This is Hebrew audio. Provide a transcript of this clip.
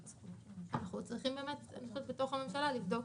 אנחנו צריכים בתוך הממשלה לבדוק